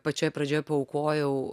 pačioje pradžioje paaukojau